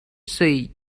say